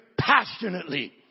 passionately